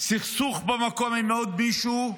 סכסוך במקום עם עוד מישהו,